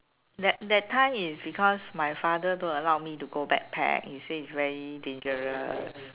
that that time is because my father don't allow me to go backpack because he say is very dangerous